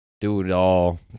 do-it-all